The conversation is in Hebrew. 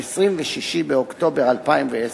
26 באוקטובר 2010,